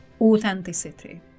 Authenticity